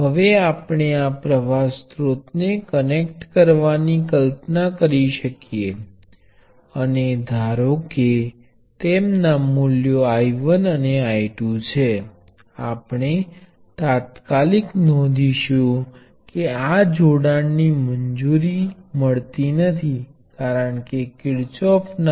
હવે આપણે બે ટર્મિનલ એલિમેન્ટો ના સમાંતર જોડાણને જોશું જેમાં વોલ્ટેજ અને પ્રવાહોની ભૂમિકાઓ એ શ્રેણી જોડાણ ની સાપેક્ષે તદ્દન વિપરીત હશે